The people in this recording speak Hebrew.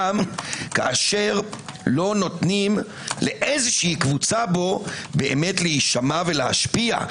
כשלא נותנים לאיזושהי קבוצה בו באמת להישמע ולהשפיע.